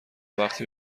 وقتی